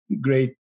great